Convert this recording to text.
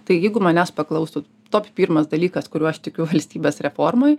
taigi jeigu manęs paklaustų top pirmas dalykas kuriuo aš tikiu valstybės reformoj